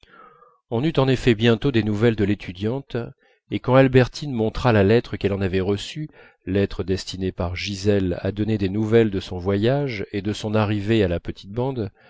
on eut en effet bientôt des nouvelles de l'étudiante et quand albertine montra la lettre qu'elle en avait reçue lettre destinée par gisèle à donner des nouvelles de son voyage et de son arrivée à la petite bande